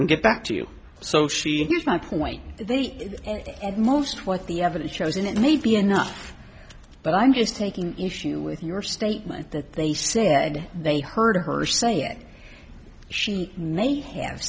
and get back to you so she hears my point the most what the evidence shows and it may be enough but i'm just taking issue with your statement that they said they heard her say it she may have